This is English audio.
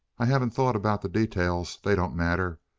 i haven't thought about the details. they don't matter.